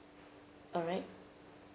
alright